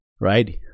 right